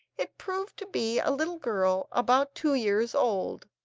it proved to be a little girl about two years old,